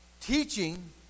teaching